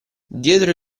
dietro